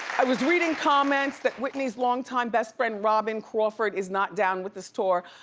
i was reading comments that whitney's long-time best friend robyn crawford is not down with this tour.